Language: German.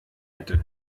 hätte